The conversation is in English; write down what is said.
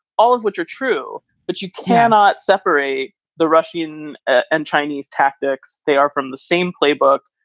all of which are true. but you cannot separate the russian and chinese tactics. they are from the same playbook.